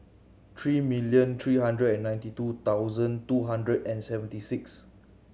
three million three hundred and ninety two thousand two hundred and seventy six